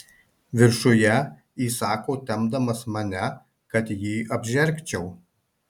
viršuje įsako tempdamas mane kad jį apžergčiau